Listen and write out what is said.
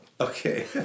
Okay